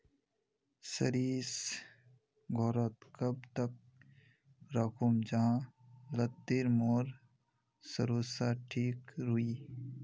सरिस घोरोत कब तक राखुम जाहा लात्तिर मोर सरोसा ठिक रुई?